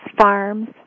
farms